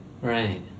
Right